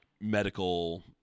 medical